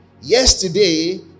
yesterday